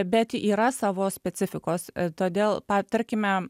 bet yra savo specifikos todėl pa tarkime